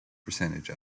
percentage